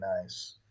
nice